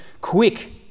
Quick